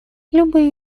любые